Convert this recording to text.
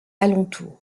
alentour